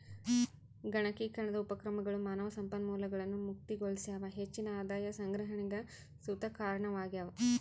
ಗಣಕೀಕರಣದ ಉಪಕ್ರಮಗಳು ಮಾನವ ಸಂಪನ್ಮೂಲಗಳನ್ನು ಮುಕ್ತಗೊಳಿಸ್ಯಾವ ಹೆಚ್ಚಿನ ಆದಾಯ ಸಂಗ್ರಹಣೆಗ್ ಸುತ ಕಾರಣವಾಗ್ಯವ